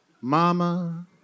Mama